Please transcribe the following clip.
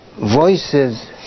voices